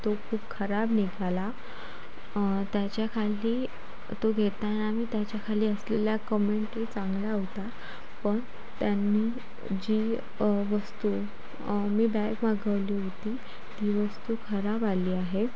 तो खूप खराब निघाला त्याच्याखाली तो घेताना मी त्याच्याखाली असलेल्या कमेंटही चांगल्या होत्या पण त्यांनी जी वस्तू मी बॅग मागवली होती ती वस्तू खराब आली आहे